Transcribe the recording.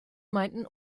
meinten